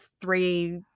three